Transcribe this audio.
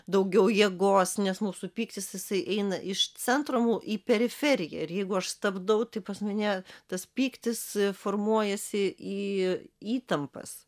daugiau jėgos nes mūsų pyktis jisai eina iš centro mu į periferiją ir jeigu aš stabdau tai pas mane tas pyktis formuojasi į įtampas